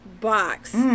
box